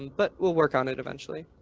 but we'll work on it eventually.